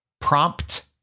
Prompt